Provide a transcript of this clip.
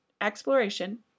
exploration